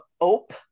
Ope